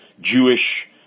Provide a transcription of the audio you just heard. Jewish